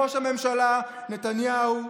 ראש הממשלה נתניהו,